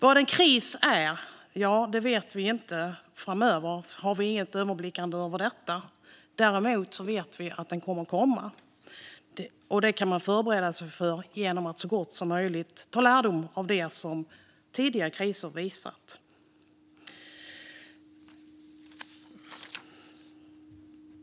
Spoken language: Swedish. Vilken sorts kris som kommer framöver vet vi inte; vi har ingen överblick över detta. Däremot vet vi att den kommer att komma, och man kan förbereda sig för den genom att så mycket som möjligt ta lärdom av det som tidigare kriser visat.